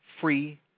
free